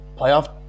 playoff